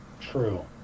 true